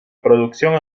producción